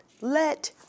let